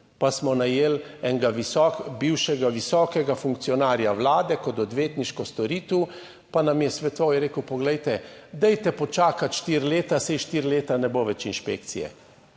Pa smo najeli enega bivšega visokega funkcionarja vlade kot odvetniško storitev pa nam je svetoval, je rekel, poglejte, dajte počakati štiri leta, saj štiri leta ne bo več inšpekcije.